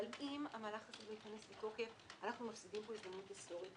אבל אם המהלך הזה לא ייכנס לתוקף אנחנו מפסידים פה הזדמנות היסטורית.